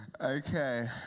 Okay